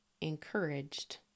encouraged